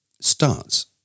starts